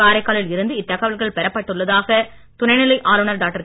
காரைக்காலில் இருந்து இத்தகவல்கள் பெறப்பட்டுள்ளதாக துணைநிலை ஆளுனர் டாக்டர்